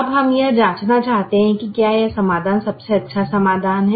अब हम यह जांचना चाहते हैं कि क्या यह समाधान सबसे अच्छा समाधान है